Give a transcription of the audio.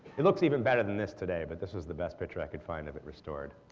it looks even better than this today but this is the best picture i could find of it restored.